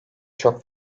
çok